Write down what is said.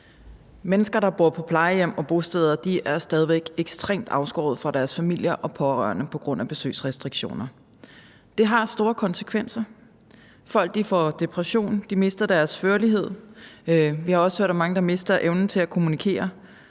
Mennesker, der bor på plejehjem og bosteder, er stadig ekstremt afskåret fra deres familier og pårørende på grund af besøgsrestriktioner. Det har store konsekvenser; folk får depression eller mister deres førlighed. Vi har også hørt om mange, der mister evnen til at kommunikere,